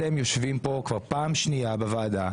אתם יושבים כאן כבר פעם שנייה בוועדה,